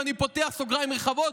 ואני פותח סוגריים רחבים,